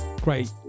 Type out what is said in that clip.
great